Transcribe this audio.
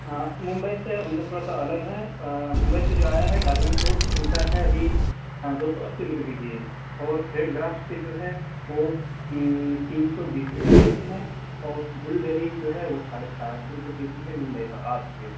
ہاں ممبئی سے ان کا تھوڑا سا الگ ہے ممبئی سے جو آیا ہے ڈارگن فروٹ ان کا ہے ابھی دو سو اسی روپئے کے جی ہے اور ریڈ گراپس کے جو ہے وہ تین سو بیس روپئے کے جی ہے اور بلو بیریز جو ہے وہ ساڑے چار سو روپئے کے جی ہے ممبئی کا آج کا ریٹ